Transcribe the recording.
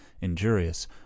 injurious